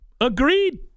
Agreed